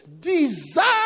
desire